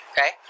Okay